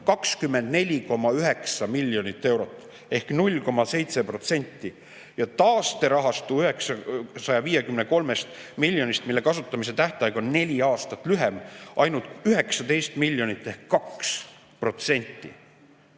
24,9 miljonit eurot ehk 0,7% ja taasterahastu 153 miljonist, mille kasutamise tähtaeg on neli aastat lühem, ainult 19 miljonit ehk 2%.